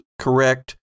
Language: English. correct